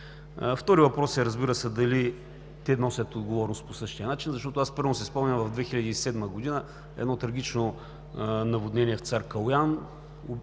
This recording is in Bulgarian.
Вторият въпрос, разбира се, е дали те носят отговорност по същия начин. Защото аз, първо, си спомням в 2007 г. едно трагично наводнение в Цар Калоян.